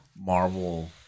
Marvel